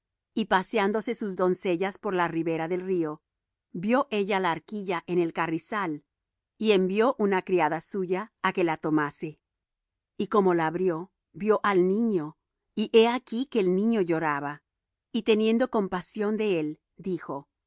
y paseándose sus doncellas por la ribera del río vió ella la arquilla en el carrizal y envió una criada suya á que la tomase y como la abrió vió al niño y he aquí que el niño lloraba y teniendo compasión de él dijo de